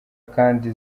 kandi